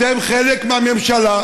אתם חלק מהממשלה.